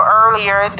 earlier